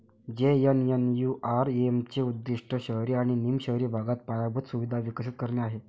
JNNURM चे उद्दीष्ट शहरी आणि निम शहरी भागात पायाभूत सुविधा विकसित करणे आहे